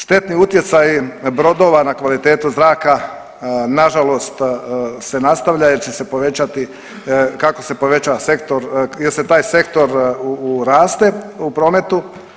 Štetni utjecaji brodova na kvalitetu zraka nažalost se nastavlja jer će se povećati kako se povećava sektor jer taj sektor raste u prometu.